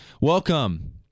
Welcome